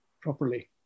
properly